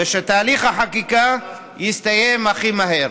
ושתהליך החקיקה יסתיים הכי מהר.